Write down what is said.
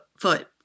foot